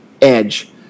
edge